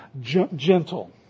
gentle